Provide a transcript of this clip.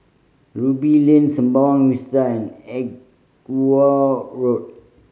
Ruby Lane Sembawang Vista and Edgware Road